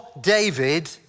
David